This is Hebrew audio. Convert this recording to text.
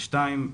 ושנית,